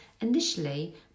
initially